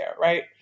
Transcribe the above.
Right